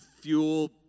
fuel